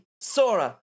Sora